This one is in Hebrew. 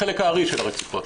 חלק הארי של הרציחות,